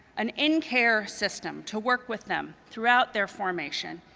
an in-care system to work with them throughout their formation,